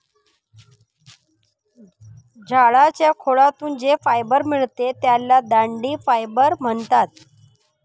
झाडाच्या खोडातून जे फायबर मिळते त्याला दांडी फायबर म्हणतात